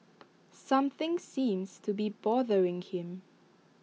something seems to be bothering him